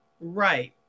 Right